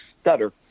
stutter